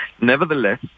Nevertheless